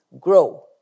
grow